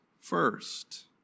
first